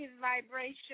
vibration